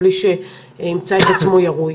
בלי שהוא ימצא את עצמו ירוי.